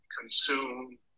consume